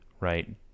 right